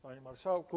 Panie Marszałku!